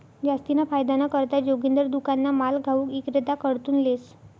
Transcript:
जास्तीना फायदाना करता जोगिंदर दुकानना माल घाऊक इक्रेताकडथून लेस